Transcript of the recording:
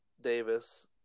Davis